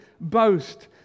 boast